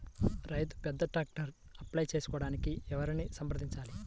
రైతు పెద్ద ట్రాక్టర్కు అప్లై చేయడానికి ఎవరిని సంప్రదించాలి?